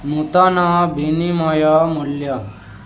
ନୂତନ ବିନିମୟ ମୂଲ୍ୟ